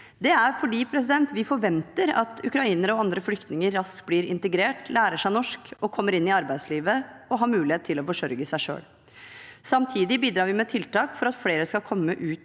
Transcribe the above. Det er fordi vi forventer at ukrainere og andre flyktninger raskt blir integrert, lærer seg norsk og kommer inn i arbeidslivet og har mulighet til å forsørge seg selv. Samtidig bidrar vi med tiltak for at flere skal komme ut